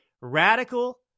radical